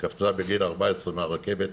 קפצה בגיל 14 מהרכבת,